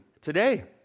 today